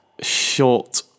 short